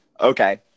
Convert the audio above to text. Okay